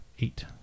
eight